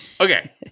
Okay